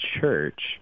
church